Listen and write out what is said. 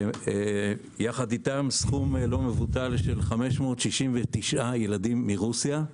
יחד איתם סכום לא מבוטל של 569 ילדים מרוסיה.